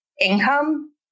income